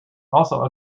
also